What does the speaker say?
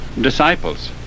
disciples